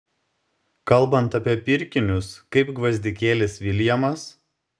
kalbant apie pirkinius kaip gvazdikėlis viljamas